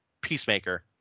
peacemaker